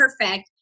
perfect